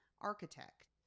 architect